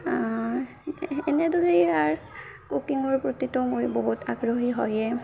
এনেদৰেই আৰ কুকিঙৰ প্ৰতিটো মই বহুত আগ্ৰহী হয়েই